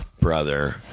brother